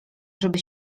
żeby